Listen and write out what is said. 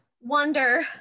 wonder